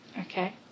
Okay